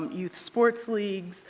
um youth sports leagues,